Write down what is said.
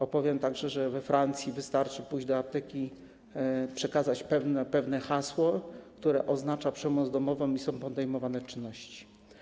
Opowiem także, że we Francji wystarczy pójść do apteki, przekazać pewne hasło, które oznacza przemoc domową, i są podejmowane czynności.